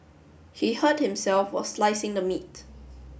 he hurt himself while slicing the meat